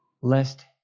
lest